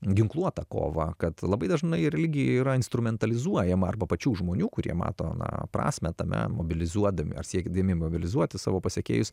ginkluotą kovą kad labai dažnai religija yra instrumentalizuojama arba pačių žmonių kurie mato na prasmę tame mobilizuodami ar siekdami mobilizuoti savo pasekėjus